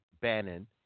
Bannon